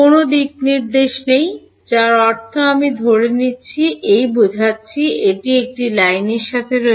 কোনও দিকনির্দেশ নেই যার অর্থ আমি ধরে নিচ্ছি ই বোঝাচ্ছি এটি একটি লাইনের সাথে রয়েছে